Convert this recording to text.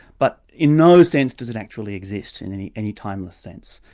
but in no sense does it actually exist in any any timeless sense.